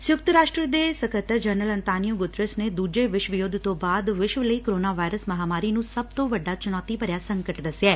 ਸੰਯੁਕਤ ਰਾਸ਼ਟਰ ਦੇ ਸਕੱਤਰ ਜਨਰਲ ਅਤਾਨੀਓ ਗੁਤਰੇਸ ਨੇ ਦੁਜੇ ਵਿਸ਼ਵ ਯੁੱਧ ਤੋਂ ਬਾਅਦ ਵਿਸ਼ਵ ਲਈ ਕੋਰੋਨਾ ਵਾਇਰਸ ਮਹਾਂਮਾਰੀ ਨੂੰ ਸਭ ਤੋਂ ਵੱਡਾ ਚੁਣੌਤੀ ਭਰਿਆ ਸੰਕਟ ਦਸਿਐ